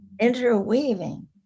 interweaving